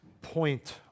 point